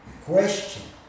question